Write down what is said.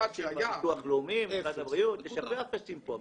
משרד שהיה --- יש פה הרבה אפסים פה,